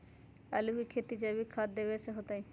आलु के खेती जैविक खाध देवे से होतई?